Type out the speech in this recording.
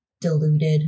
diluted